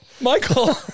Michael